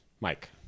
mike